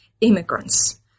immigrants